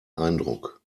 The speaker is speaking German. eindruck